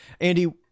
Andy